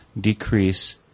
decrease